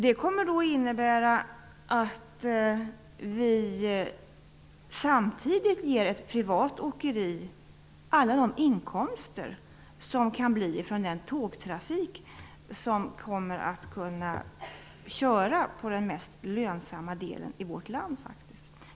Det kommer att innebära att vi samtidigt ger ett privat åkeri alla de inkomster som kan bli från den tågtrafik som kommer att kunna köra på den mest lönsamma bandelen i vårt land.